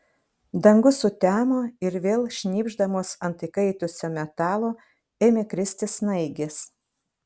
dangus sutemo ir vėl šnypšdamos ant įkaitusio metalo ėmė kristi snaigės